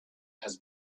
has